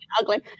ugly